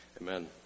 Amen